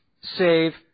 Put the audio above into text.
save